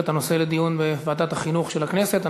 את הנושא לדיון בוועדת החינוך של הכנסת.